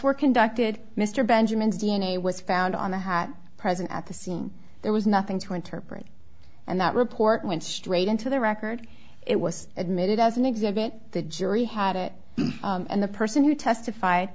were conducted mr benjamin's d n a was found on the hat present at the scene there was nothing to interpret and that report went straight into the record it was admitted as an exhibit the jury had it and the person who testif